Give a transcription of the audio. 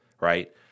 right